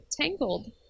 Tangled